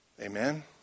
Amen